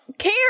Care